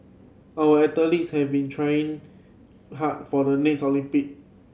our athletes have been training hard for the next Olympic